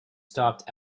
stopped